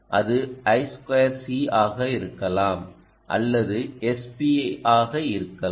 இது I2C ஆக இருக்கலாம் அல்லது அது SPI ஆக இருக்கலாம்